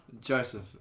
Joseph